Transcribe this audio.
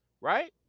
right